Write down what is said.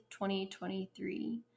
2023